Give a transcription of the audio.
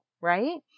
right